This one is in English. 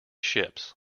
ships